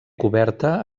coberta